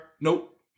Nope